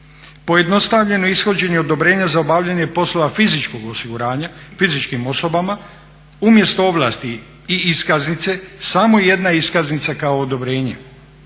Pojednostavljeno je ishođenje odobrenja za obavljanje poslova fizičkog osiguranja fizičkim osobama umjesto ovlasti i iskaznice samo jedna iskaznica kao odobrenje.